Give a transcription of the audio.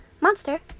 monster